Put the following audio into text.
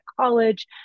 college